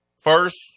first